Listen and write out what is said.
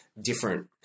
different